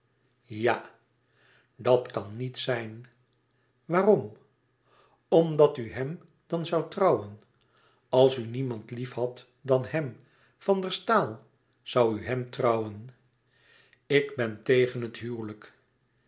ja dat kan niet zijn waarom omdat u hem dan zoû trouwen als u niemand liefhad dan hem van der staal zoû u hem trouwen ik ben tegen het huwelijk